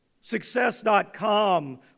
Success.com